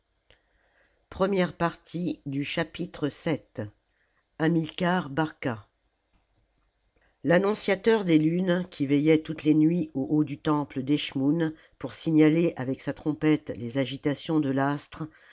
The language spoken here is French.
hamilcar barca l'annonciateur des lunes qui veillait toutes les nuits au haut du temple d'eschmoùn pour signaler avec sa trompette les agitations de l'astre